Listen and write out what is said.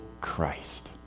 Christ